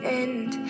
end